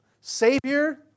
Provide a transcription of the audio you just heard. savior